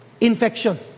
infection